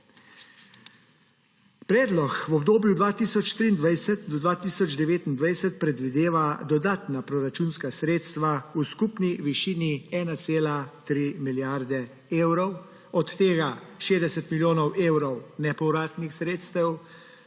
Predlog v obdobju od 2023 do 2029 predvideva dodatna proračunska sredstva v skupni višini 1,3 milijarde evrov, od tega 60 milijonov evrov nepovratnih sredstev,